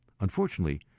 Unfortunately